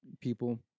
people